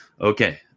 Okay